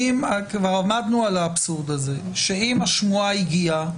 כבר עמדנו על האבסורד הזה שאם השמועה הגיעה,